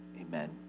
amen